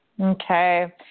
Okay